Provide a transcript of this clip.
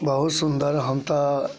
बहुत सुन्दर हम तऽ